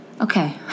Okay